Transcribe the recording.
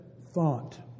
thought